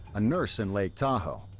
a nurse in lake tahoe,